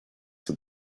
that